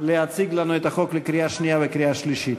להציג לנו את החוק לקריאה שנייה וקריאה שלישית.